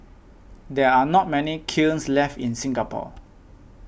there are not many kilns left in Singapore